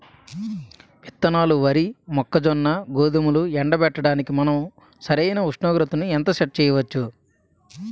విత్తనాలు వరి, మొక్కజొన్న, గోధుమలు ఎండబెట్టడానికి మనం సరైన ఉష్ణోగ్రతను ఎంత సెట్ చేయవచ్చు?